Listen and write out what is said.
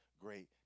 great